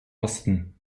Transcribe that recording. osten